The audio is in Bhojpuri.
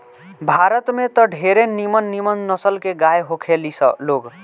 भारत में त ढेरे निमन निमन नसल के गाय होखे ली लोग